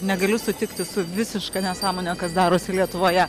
negaliu sutikti su visiška nesąmone kas darosi lietuvoje